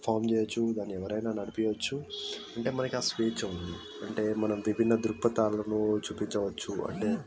farm చేయచ్చు దాని ఎవరైనా నడిపియచ్చు అంటే మనకు ఆ స్వేచ్ఛ ఉంది అంటే మనం విభిన్న దృక్పథాలను చూపించవచ్చు అంటే